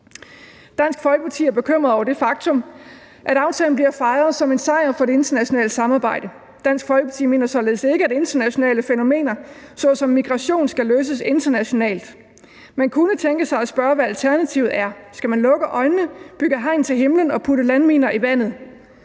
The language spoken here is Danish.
Dansk Folkeparti er bekymret over det faktum, at aftalen bliver fejret som en sejr for det internationale samarbejde. Dansk Folkeparti mener således ikke, at internationale fænomener såsom migration skal løses internationalt. Man kunne tænke sig at spørge, hvad alternativet er. Skal man lukke øjnene, bygge hegn til himlen og putte landminer i vandet?